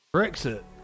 Brexit